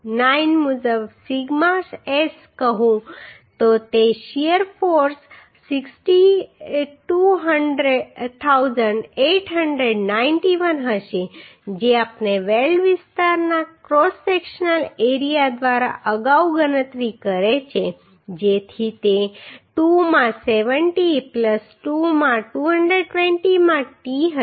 9 મુજબ sigma S કહું તો તે શીયર ફોર્સ 62891 હશે જે આપણે વેલ્ડ વિસ્તારના ક્રોસ સેક્શનલ એરિયા દ્વારા અગાઉ ગણતરી કરી છે જેથી તે 2 માં 70 2 માં 220 માં t હશે